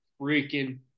freaking